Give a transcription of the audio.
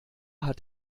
hat